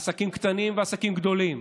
עסקים קטנים ועסקים גדולים.